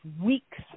weeks